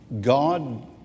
God